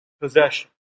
possession